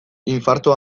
infarto